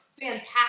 Fantastic